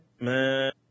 man